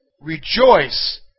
rejoice